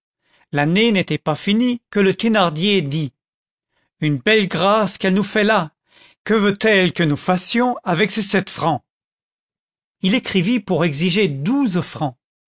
l'année n'était pas finie que le thénardier dit une belle grâce qu'elle nous fait là que veut-elle que nous fassions avec ses sept francs et il écrivit pour exiger douze francs